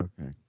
okay